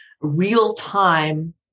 real-time